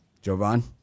Jovan